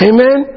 Amen